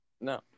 No